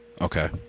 Okay